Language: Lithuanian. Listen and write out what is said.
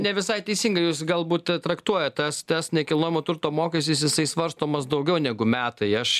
ne visai teisingai jūs galbūt traktuojat tas tas nekilnojamo turto mokestis jisai svarstomas daugiau negu metai aš